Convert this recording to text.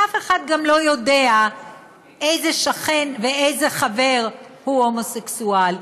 אף אחד גם לא יודע איזה שכן ואיזה חבר הוא הומוסקסואל,